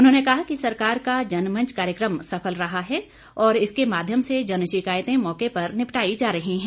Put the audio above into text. उन्होंने कहा कि सरकार का जनमंच कार्यक्रम सफल रहा है और इसके माध्यम से जन शिकायतें मौके पर निपटाई जा रही है